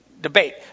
debate